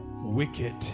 wicked